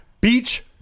Beach